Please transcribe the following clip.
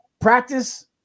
practice